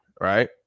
right